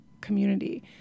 community